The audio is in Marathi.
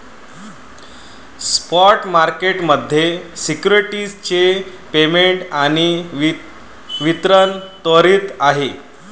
स्पॉट मार्केट मध्ये सिक्युरिटीज चे पेमेंट आणि वितरण त्वरित आहे